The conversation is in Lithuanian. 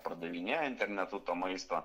pardavinėjo internetu to maisto